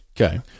okay